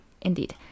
Indeed